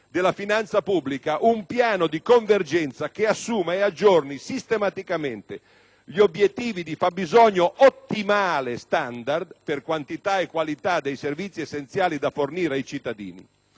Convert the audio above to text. della finanza pubblica un piano di convergenza che assuma e aggiorni sistematicamente gli obiettivi di fabbisogno ottimale standard per quantità e qualità dei servizi essenziali da fornire ai cittadini.